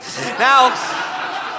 Now